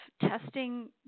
testing